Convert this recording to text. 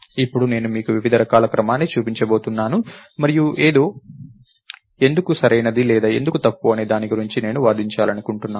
ఇప్పుడు నేను మీకు వివిధ విషయాల క్రమాన్ని చూపించబోతున్నాను మరియు ఏదో ఎందుకు సరైనది లేదా ఎందుకు తప్పు అనే దాని గురించి నేను వాదించాలనుకుంటున్నాను